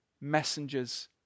messengers